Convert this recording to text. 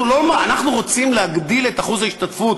אנחנו רוצים להגדיל את אחוז ההשתתפות.